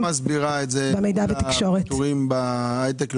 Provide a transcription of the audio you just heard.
איך את מסבירה את הפיטורים בהייטק?